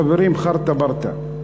חברים, חרטה ברטה.